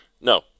No